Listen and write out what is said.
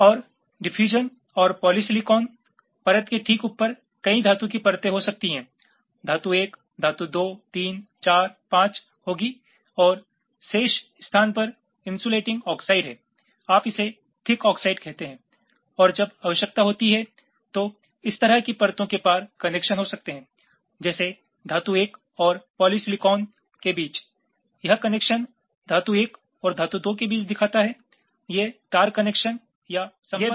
और डिफयूजन और पॉलीसिलिकॉन परत के ठीक ऊपर कई धातु की परतें हो सकती हैं धातु 1 धातु 2 3 4 5 होगी और शेष स्थान पर इन्सुलेटिंग ऑक्साइड है आप इसे थिक ऑक्साइड कहते हैं और जब आवश्यकता होती है तो इस तरह की परतों के पार कनेक्शन हो सकते हैं जैसे धातु 1 और पॉलीसिलिकॉन के बीच यह कनेक्शन धातु 1 और धातु 2 के बीच दिखाता है ये तार कनेक्शन या संपर्क कनेक्शन हैं